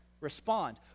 respond